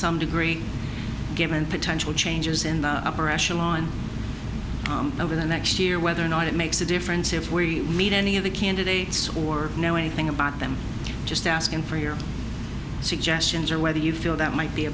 degree given potential changes in the upper echelon over the next year whether or not it makes a difference if we meet any of the candidates or know anything about them just asking for your suggestions or whether you feel that might be a